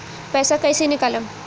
पैसा कैसे निकालम?